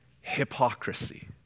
hypocrisy